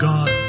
God